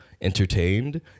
entertained